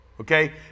Okay